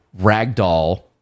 ragdoll